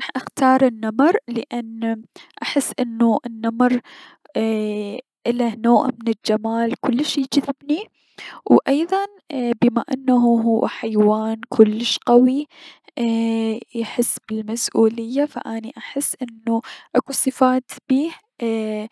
راح اختار النمر لأن احس انو النمر ايي- اله نوع من الجمال كلش يجذبني، و ايضا بما انه هو حيوان كلش قوي ايي- يحس بلمسؤولية فاني احس اكو اكو صفات بيه ايي-